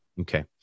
Okay